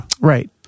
Right